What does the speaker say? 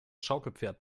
schaukelpferd